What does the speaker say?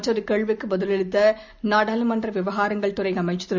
மற்றொரு கேள்விக்குப் பதிலளித்த நாடாளுமன்ற விவகாரங்கள் துறை அமைச்சர் திரு